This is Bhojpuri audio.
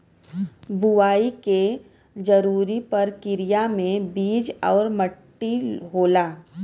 बुवाई के जरूरी परकिरिया में बीज आउर मट्टी होला